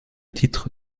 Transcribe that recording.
titre